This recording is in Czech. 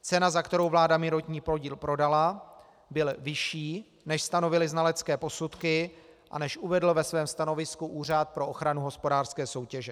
Cena, za kterou vláda minoritní podíl prodala, byl vyšší, než stanovily znalecké posudky a než uvedl ve svém stanovisku Úřad pro ochranu hospodářské soutěže.